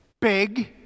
big